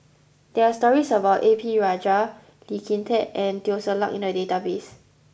there are stories about A P Rajah Lee Kin Tat and Teo Ser Luck in the database